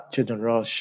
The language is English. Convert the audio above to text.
General